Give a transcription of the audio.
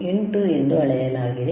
8 ಎಂದು ಅಳೆಯಲಾಗಿದೆ